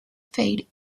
faith